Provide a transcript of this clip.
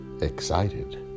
excited